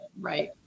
right